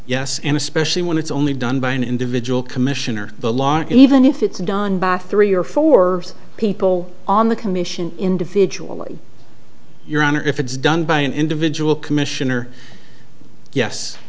yes and especially when it's only done by an individual commission or the law even if it's done bathroom or for people on the commission individually your honor if it's done by an individual commissioner yes